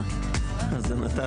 זאת אומרת,